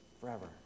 forever